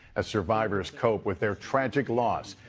ah survivors cope with their tragic loss.